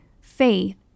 Faith